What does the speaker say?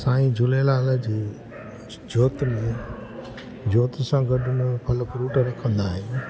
साईं झूलेलाल जी जोत में जोत सां गॾु हुन में फल फ्रूट रखंदा आहियूं